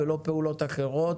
לא פעולות אחרות